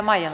vaikka